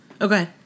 okay